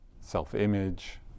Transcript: self-image